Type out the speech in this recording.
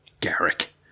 Garrick